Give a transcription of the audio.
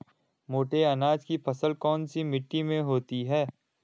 मोटे अनाज की फसल कौन सी मिट्टी में होती है?